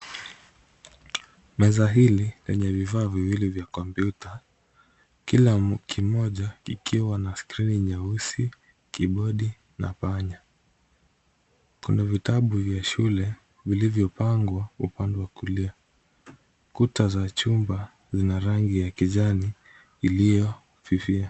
Meza hili lenye vifaa viwili vya kompyuta, kila kimoja kikiwa na skrini nyeusi , kibodi na panya. Kuna vitabu vya shule vilivyopangwa upande wa kulia. Kuta za chuma zina rangi ya kijani iliyofifia.